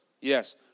Yes